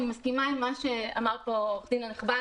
אני מסכימה עם מה שאמר פה עורך הדין הנכבד.